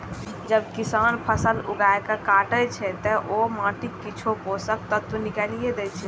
जब किसान फसल उगाके काटै छै, ते ओ माटिक किछु पोषक तत्व निकालि दै छै